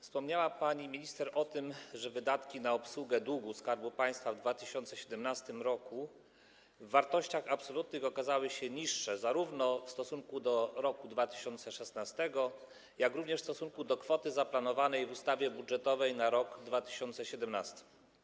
Wspomniała pani minister o tym, że wydatki na obsługę długu Skarbu Państwa w 2017 r. w wartościach absolutnych okazały się niższe zarówno w stosunku do wartości z roku 2016, jak również w stosunku do kwoty zaplanowanej w ustawie budżetowej na rok 2017.